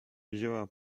wzięła